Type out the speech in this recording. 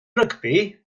rygbi